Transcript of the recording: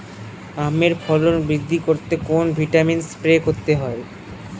আমের ফলন বৃদ্ধি করতে কোন ভিটামিন স্প্রে করতে হয়?